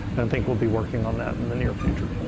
and think we'll be working on that in the near future.